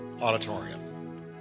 auditorium